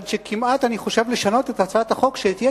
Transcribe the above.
עד שכמעט אני חושב לשנות את הצעת החוק ושיהיה